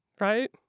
Right